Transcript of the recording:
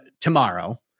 tomorrow